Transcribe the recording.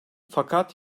fakat